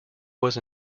was